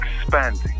expanding